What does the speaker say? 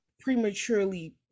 prematurely